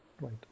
right